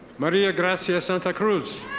maria gracia santacruz.